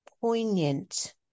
poignant